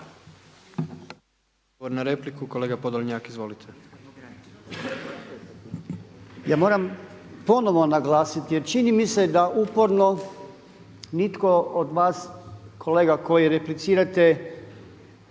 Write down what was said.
Ja moramo ponovno naglasiti jer čini mi se da uporno nitko od vas kolega koji replicirate